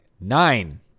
nine